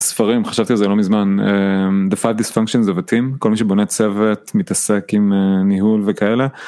ספרים חשבתי על זה לא מזמן, defa dysfunction of a team כל מי שבונה צוות מתעסק עם ניהול וכאלה.